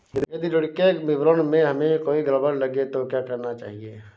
यदि ऋण के विवरण में हमें कोई गड़बड़ लगे तो क्या करना चाहिए?